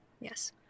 Yes